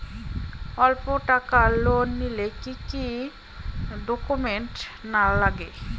অল্প টাকার লোন নিলে কি কি ডকুমেন্ট লাগে?